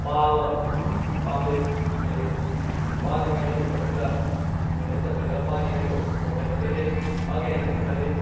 ꯄꯥꯕ ꯄꯥꯝꯖꯩ ꯑꯗꯨ ꯄꯥꯅꯤꯡꯉꯥꯏꯁꯨ ꯃꯊꯪꯗ ꯑꯩꯅ ꯆꯠꯂꯒ ꯄꯥꯟꯅꯤꯡꯉꯥꯏꯁꯨ ꯋꯥꯈꯟꯗ ꯂꯩꯖꯩ ꯄꯥꯒꯦ ꯍꯥꯏꯅꯁꯨ ꯈꯜꯂꯤ